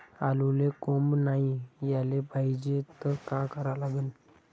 आलूले कोंब नाई याले पायजे त का करा लागन?